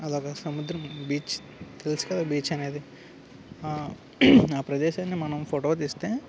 అలాగా సముద్రం బీచ్ తెలుసు కదా బీచ్ అనేది ఆ ప్రదేశాన్ని మనం ఫోటో తీస్తే